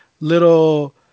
little